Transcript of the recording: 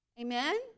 Amen